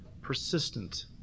Persistent